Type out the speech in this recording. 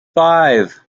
five